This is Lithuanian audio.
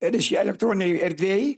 reiškia elektroninėj erdvėj